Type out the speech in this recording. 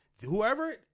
whoever